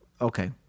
Okay